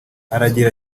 aragira